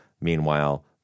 Meanwhile